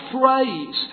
phrase